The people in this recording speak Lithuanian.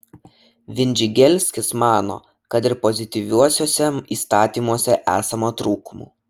vindžigelskis mano kad ir pozityviuosiuose įstatymuose esama trūkumų